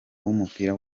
w’umupira